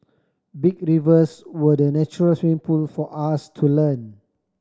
big rivers were the natural swimming pool for us to learn